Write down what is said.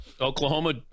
Oklahoma